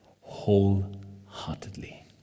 wholeheartedly